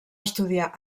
estudiar